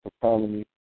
economy